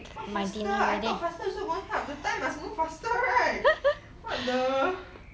what faster I thought faster also gonna type the time must faster right what the